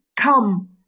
come